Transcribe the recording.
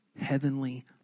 heavenly